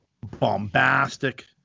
bombastic